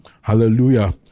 Hallelujah